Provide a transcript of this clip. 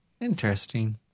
Interesting